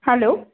hello